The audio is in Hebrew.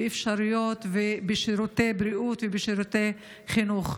לאפשרויות לשירותי בריאות ושירותי חינוך,